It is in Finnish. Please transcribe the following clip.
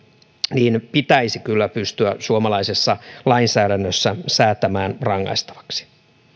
pitäisi kyllä pystyä suomalaisessa lainsäädännössä säätämään rangaistavaksi